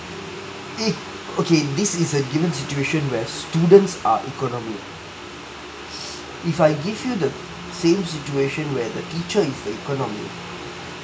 eh okay this is a given situation where students are economy if I give you the same situation where the teacher is the economy